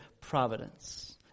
providence